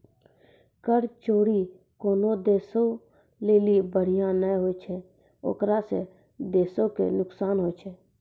कर चोरी कोनो देशो लेली बढ़िया नै होय छै ओकरा से देशो के नुकसान होय छै